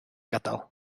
gadael